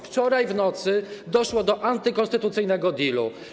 Wczoraj w nocy doszło do antykonstytucyjnego dealu.